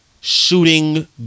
shooting